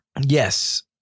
Yes